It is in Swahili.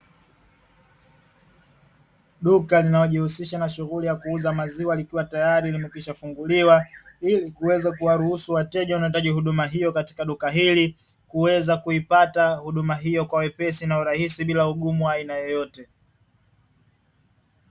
Duka linalojihusisha na shughuli ya kuuza maziwa likiwa tayari limekwisha funguliwa, ili kuweza kuwaruhusu wateja wanaohitaji huduma hiyo katika duka hili, kuweza kuipata huduma hiyo kwa urahisi bila ugumu wa aina yoyote.